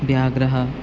व्याघ्रः